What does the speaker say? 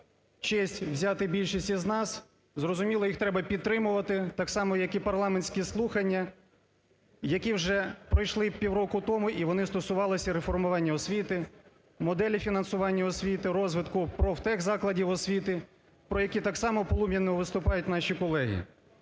честь взяти більшість із нас, зрозуміло, їх треба підтримувати, так само як і парламентські слухання, які вже пройшли півроку тому і вони стосувалися реформування освіти, моделі фінансування освіти, розвитку профтехзакладів освіти, про які так само полум'яно виступають наші колеги.